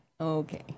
Okay